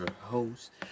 host